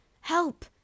Help